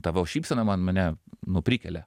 tavo šypsena man mane nu prikelia